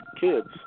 kids